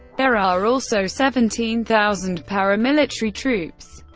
there are also seventeen thousand paramilitary troops.